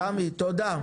סמי תודה,